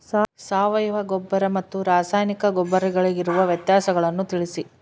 ಸಾವಯವ ಗೊಬ್ಬರ ಮತ್ತು ರಾಸಾಯನಿಕ ಗೊಬ್ಬರಗಳಿಗಿರುವ ವ್ಯತ್ಯಾಸಗಳನ್ನು ತಿಳಿಸಿ?